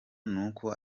nuko